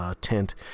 tent